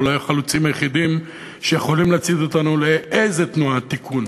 אולי החלוצים היחידים שיכולים להצעיד אותנו לאיזה תנועת תיקון,